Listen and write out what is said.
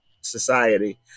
society